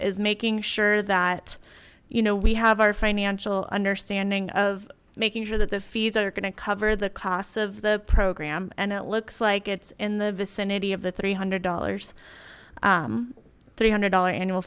is making sure that you know we have our financial understanding of making sure that the fees are gonna cover the cost of the program and it looks like it's in the vicinity of the three hundred dollars three hundred dollars annual